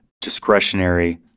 discretionary